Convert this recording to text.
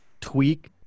tweak